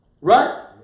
Right